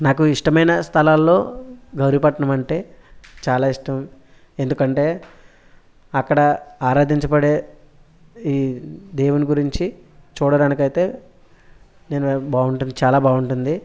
నాకు ఇష్టమైన స్థలాలలో గౌరీపట్నం అంటే చాలా ఇష్టం ఎందుకంటే అక్కడ ఆరాధించబడే ఈ దేవుని గురించి చూడడానికైతే నేను బాగుంటుంది చాలా బాగుంటుంది